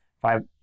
five